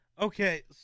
Okay